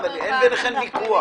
בצומת ספרים.